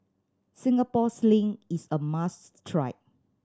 Singapore Sling is a must try